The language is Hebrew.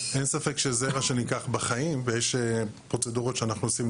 אין ספק שזרע שנלקח בחיים ויש פרוצדורות שאנחנו עושים,